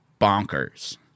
bonkers